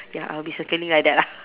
ya I'll be circling like that lah